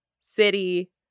city